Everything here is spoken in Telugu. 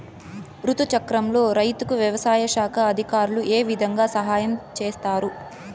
రుతు చక్రంలో రైతుకు వ్యవసాయ శాఖ అధికారులు ఏ విధంగా సహాయం చేస్తారు?